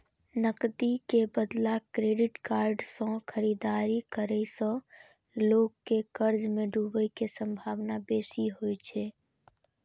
नकदी के बदला क्रेडिट कार्ड सं खरीदारी करै सं लोग के कर्ज मे डूबै के संभावना बेसी होइ छै